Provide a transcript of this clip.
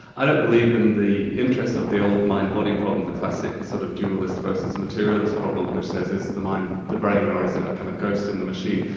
i don't believe in the interest of the old mind-body problem, the classic sort of dualist versus materialist problem which says, is the mind the brain or is it a kind of ghost in the machine?